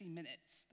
minutes